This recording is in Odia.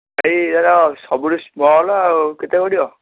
ଭାଇ ତା'ର ସବୁଠୁ ସ୍ମଲ୍ ଆଉ କେତେ ପଡ଼ିବ